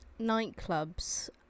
nightclubs